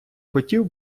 хотів